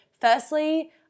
Firstly